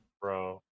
Bro